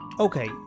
Okay